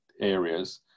areas